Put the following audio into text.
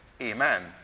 Amen